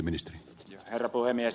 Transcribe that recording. herra puhemies